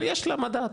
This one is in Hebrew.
אבל יש לה מדד.